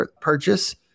purchase